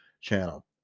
channel